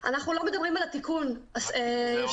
לכן יש